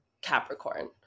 Capricorn